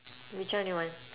which one you want